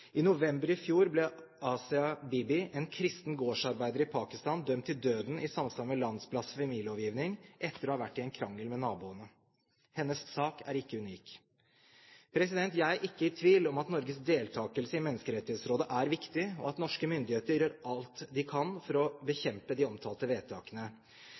I november i fjor ble Asia Bibi, en kristen gårdsarbeider i Pakistan, dømt til døden i samsvar med landets blasfemilovgivning etter å ha vært i en krangel med naboene. Hennes sak er ikke unik. Jeg er ikke i tvil om at Norges deltakelse i Menneskerettighetsrådet er viktig, og at norske myndigheter gjør alt de kan for å bekjempe de omtalte vedtakene.